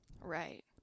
Right